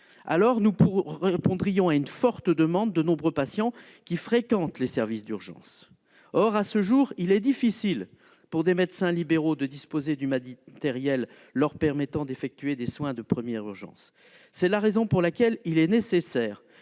CPTS, nous répondrions à une forte demande de nombreux patients qui fréquentent les services d'urgence. Or, à ce jour, il est difficile pour des médecins libéraux de disposer du matériel leur permettant d'effectuer des soins de première urgence. C'est la raison pour laquelle il est nécessaire